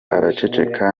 araceceka